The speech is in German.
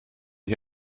ich